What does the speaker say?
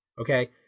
okay